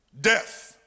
death